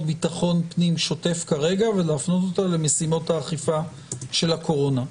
ביטחון פנים שוטף כרגע ולהפנות אותה למשימות אכיפה של הקורונה,